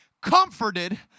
comforted